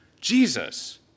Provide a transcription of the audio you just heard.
Jesus